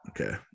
Okay